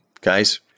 guys